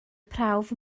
prawf